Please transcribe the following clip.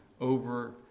over